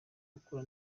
gukura